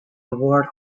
award